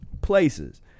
places